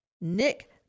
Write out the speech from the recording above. Nick